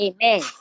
Amen